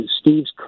Steve's